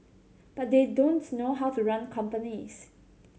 but they don't know how to run companies